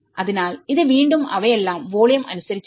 അതിനാൽഇത് വീണ്ടും അവയെല്ലാം വോളിയം അനുസരിച്ചാണ്